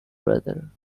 brother